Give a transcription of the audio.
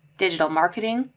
digital marketing,